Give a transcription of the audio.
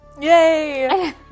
Yay